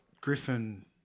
Griffin